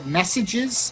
messages